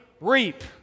reap